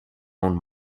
own